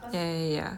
yeah yeah yeah